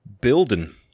building